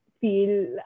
feel